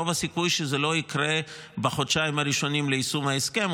שרוב הסיכויים שזה לא יקרה בחודשיים הראשונים ליישום ההסכם,